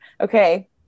okay